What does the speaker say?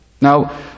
Now